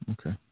Okay